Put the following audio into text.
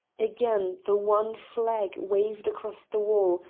again the wan flag waved across the wall,